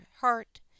heart